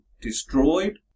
destroyed